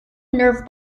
nerve